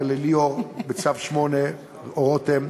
ולליאור רותם,